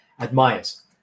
admires